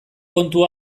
kontu